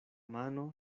mano